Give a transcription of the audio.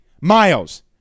Miles